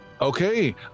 Okay